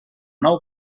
nou